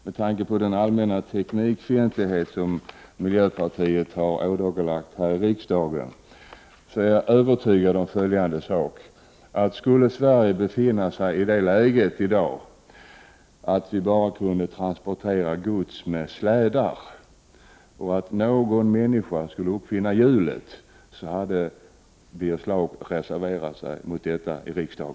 Med tanke på den allmänna teknikfientlighet som miljöpartiet har ådagalagt här i riksdagen är jag övertygad om följande: Om Sverige skulle befinna sig i ett läge då vi bara kunde transportera gods med slädar och någon då skulle uppfinna hjulet, hade Birger Schlaug reserverat sig mot denna nya teknik.